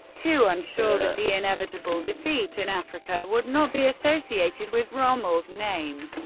to ensure that the inevitable defeat in africa would not be associated with rommel's name,